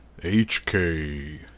HK